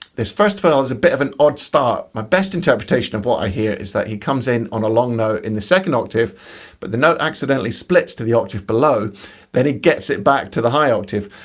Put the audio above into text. this first fill has a bit of an odd start. my best interpretation of what i hear is that he comes in on a long note in the second octave but the note accidentally splits to the octave below then it gets it back to the high octave.